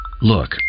Look